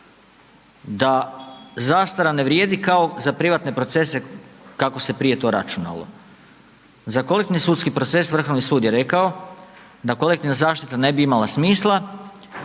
da zastara ne vrijedi, kao za privatne procese kako se prije to računalo. Za kolektivni sudski proces Vrhovni sud je rekao, da kolektivna zaštita ne bi imala smisla,